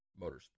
Motorsport